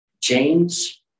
James